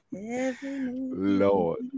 Lord